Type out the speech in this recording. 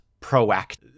proactive